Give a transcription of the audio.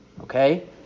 Okay